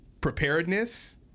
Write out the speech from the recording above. preparedness